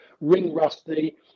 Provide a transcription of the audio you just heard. ring-rusty